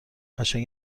قشنگ